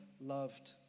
loved